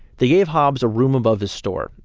they gave hobbs a room above the store,